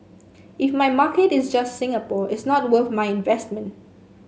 if my market is just Singapore it's not worth my investment